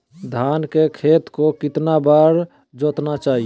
धान के खेत को कितना बार जोतना चाहिए?